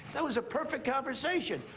that was a perfect conversation.